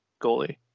goalie